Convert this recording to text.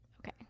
okay